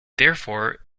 therefore